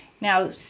Now